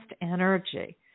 energy